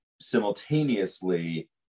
Simultaneously